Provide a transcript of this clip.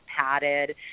padded